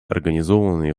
организованные